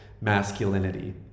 masculinity